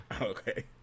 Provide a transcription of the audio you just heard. Okay